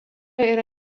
yra